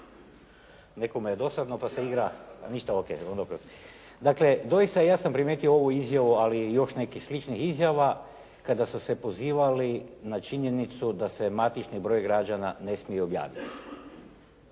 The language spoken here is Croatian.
nekome je dosadno pa se igra. Ništa, O.k. oprosti. Dakle, ja sam primijetio ovu izjavu ali još neke sličnih izjava kada su se pozivali na činjenicu da se matični brojevi građana ne smiju objaviti.